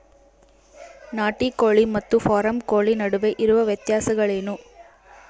ನಾಟಿ ಕೋಳಿ ಮತ್ತು ಫಾರಂ ಕೋಳಿ ನಡುವೆ ಇರುವ ವ್ಯತ್ಯಾಸಗಳೇನು?